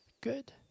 good